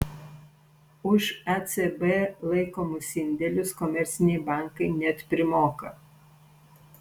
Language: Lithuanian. už ecb laikomus indėlius komerciniai bankai net primoka